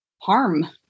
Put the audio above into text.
harm